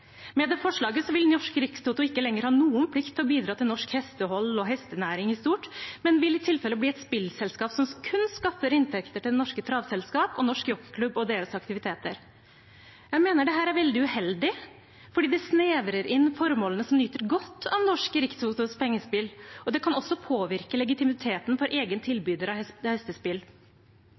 Med det forslaget vil Norsk Rikstoto ikke lenger ha noen plikt til å bidra til norsk hestehold og hestenæring i stort, men bli et spillselskap som kun skaffer inntekter til Det Norske Travselskap og Norsk Jockeyklub og deres aktiviteter. Jeg mener dette er veldig uheldig, for det snevrer inn formål som nyter godt at Norsk Rikstotos pengespill, og det kan også påvirke legitimiteten til egen tilbyder av hestespill.